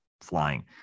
flying